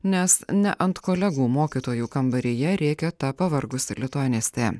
nes ne ant kolegų mokytojų kambaryje rėkė ta pavargusi lituanistė